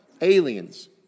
Aliens